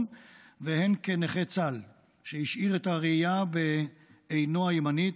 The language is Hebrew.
והן כנכה צה"ל שהשאיר את הראייה בעינו הימנית,